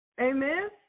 Amen